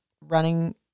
running